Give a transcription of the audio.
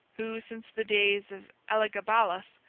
who, since the days of elagabalus,